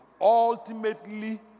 Ultimately